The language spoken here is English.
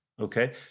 Okay